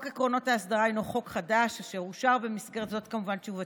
זאת כמובן תשובתי: